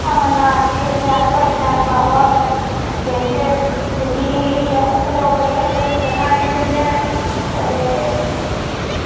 ते अमरनाथ बी आखदे उत्थै बड़े शैल बाबा होर न ते उत्थै शिवजी दी पिंडी निकली दी ऐ उत्थै लोक बड़े चक्कर लाने गी जंदे न ते